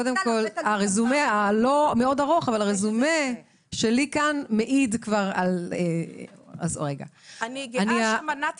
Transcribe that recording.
הרזומה שלי כאן מעיד על- -- אני גאה שמנעתי